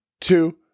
two